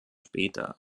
später